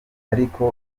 ariko